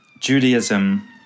Judaism